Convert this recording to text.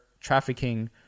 trafficking